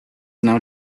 now